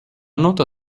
nota